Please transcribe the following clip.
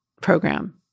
program